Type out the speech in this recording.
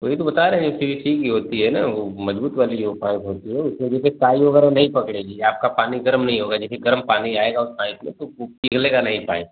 वही तो बता रहे हैं पी वी सी की होती है ना वो मज़बूत वाली वो पाइप होती है उसमें जैसे काई वगैरह नहीं पकड़ेगी आपका पानी गर्म नहीं होगा जैसे गर्म पानी आएगा पाइप में तो वो पिघलेगा नहीं पाइप